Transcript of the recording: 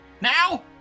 Now